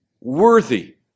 worthy